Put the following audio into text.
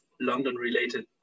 London-related